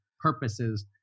purposes